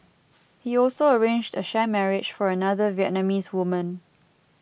he also arranged a sham marriage for another Vietnamese woman